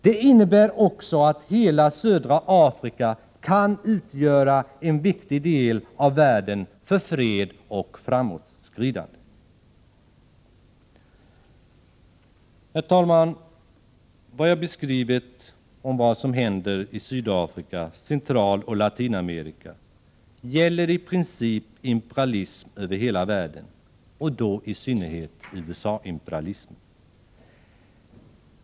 Det innebär också att hela södra Afrika kan utgöra en viktig del av världen när det gäller fred och framåtskridande. Herr talman! Vad jag sagt om vad som händer i Sydafrika, i Centralamerika och i Latinamerika gäller i princip imperialism över hela världen, och då i synnerhet USA-imperialismen.